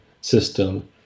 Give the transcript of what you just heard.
system